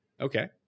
Okay